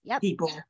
people